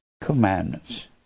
commandments